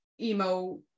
emo